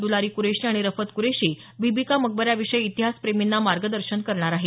दलारी कुरैशी आणि रफत कुरैशी बीबीका मकबऱ्याविषयी इतिहास प्रेमींनी मार्गदर्शन करणार आहेत